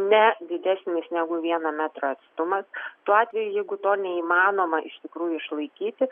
nedidesnis negu vieno metro atstumas tuo atveju jeigu to neįmanoma iš tikrųjų išlaikyti